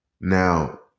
Now